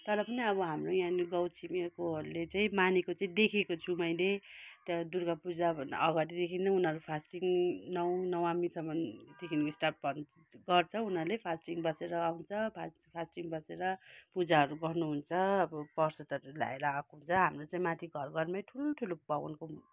तर पनि अब हाम्रो यहाँनिर गाउँ छिमेकीहरूले चाहिँ मानेको चाहिँ देखेको छु मैले त्यहाँबाट दुर्गा पूजा भन्दा अगाडिदेखि नै उनीहरू फास्टिङ नव नवामीसम्म देखि स्टार्ट गर्छ उनीहरूले फास्टिङ बसेर आउँछ फास्ट फास्टिङ बसेर पूजाहरू गर्नु हुन्छ अब प्रसादहरू ल्याएर आफू जहाँ हाम्रो चाहिँ माथि घर घरमै ठुल्ठुलो भगवान्को